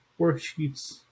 worksheets